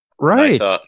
right